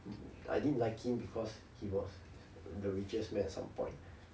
I didn't like him because he was the richest man at some point